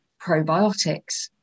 probiotics